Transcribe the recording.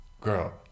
girl